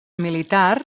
militar